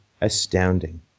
astounding